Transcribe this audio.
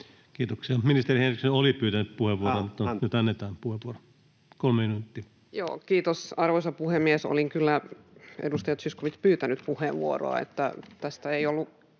Kiitoksia. — Ministeri Henriksson oli pyytänyt puheenvuoron. Nyt annetaan puheenvuoro, 3 minuuttia. Kiitos, arvoisa puhemies! Olin kyllä, edustaja Zyskowicz, pyytänyt puheenvuoroa, [Ben